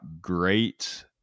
great